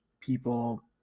people